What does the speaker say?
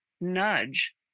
nudge